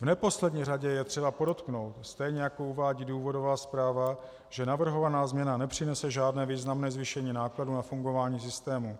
V neposlední řadě je třeba podotknout, stejně jako uvádí důvodová zpráva, že navrhovaná změna nepřinese žádné významné zvýšení nákladů na fungování systému.